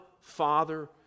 Father